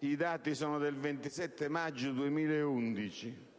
i dati del 27 maggio 2011.